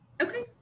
Okay